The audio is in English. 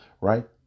right